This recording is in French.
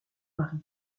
mari